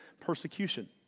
persecution